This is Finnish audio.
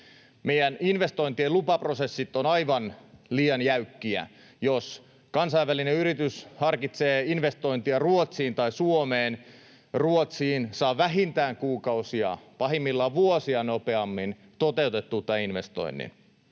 Meidän investointien lupaprosessit ovat aivan liian jäykkiä. Jos kansainvälinen yritys harkitsee investointia Ruotsiin tai Suomeen, Ruotsiin saa vähintään kuukausia, pahimmillaan vuosia, nopeammin toteutettua tämän investoinnin.